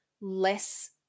less